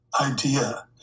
idea